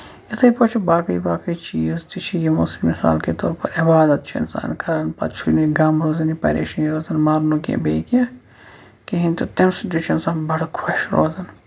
یِتھٕے پٲٹھۍ چھِ باقٕے باقٕے چیٖز تہِ چھِ یِمو سۭتۍ مَثال کے طور پَر عِبادت چھُ اِنسان کران پَتہٕ چھُنہٕ یہِ غم روزان یہِ پَریشٲنی روزان مَرنُک یا بیٚیہِ کیٚنٛہہ کِہیٖنٛۍ تہٕ تَمہِ سۭتۍ تہِ چھُ اِنسان بَڈٕ خۄش روزان